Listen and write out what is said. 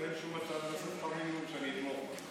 ואין שום הצעה בנושא שכר מינימום שאני אתמוך בה.